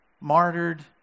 martyred